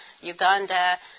Uganda